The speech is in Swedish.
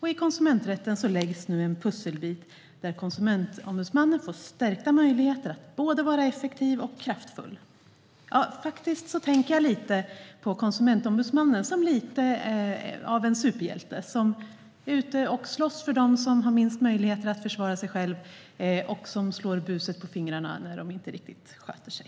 I konsumenträtten läggs nu en pusselbit där Konsumentombudsmannen får stärkta möjligheter att agera både effektivt och kraftfullt. Jag tänker faktiskt på Konsumentombudsmannen som lite av en superhjälte som slåss för dem som har minst möjligheter att försvara sig själv och som slår buset på fingrarna när de inte sköter sig.